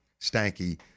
Stanky